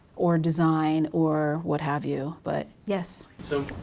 or design or what have you. but, yes. so,